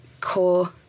core